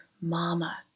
mama